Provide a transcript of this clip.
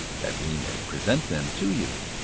that we may present them to you.